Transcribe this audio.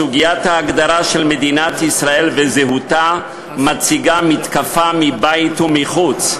סוגיית ההגדרה של מדינת ישראל וזהותה מציגה מתקפה מבית ומחוץ,